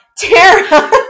Tara